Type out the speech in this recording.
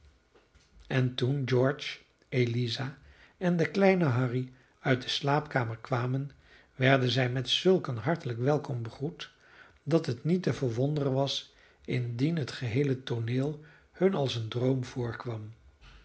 werden en toen george eliza en de kleine harry uit de slaapkamer kwamen werden zij met zulk een hartelijk welkom begroet dat het niet te verwonderen was indien het geheele tooneel hun als een droom voorkwam